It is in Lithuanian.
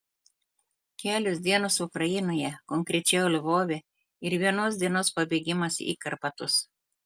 kelios dienos ukrainoje konkrečiau lvove ir vienos dienos pabėgimas į karpatus